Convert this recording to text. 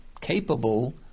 capable